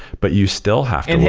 but you still have to